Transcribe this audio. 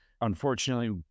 unfortunately